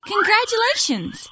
Congratulations